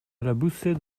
laboused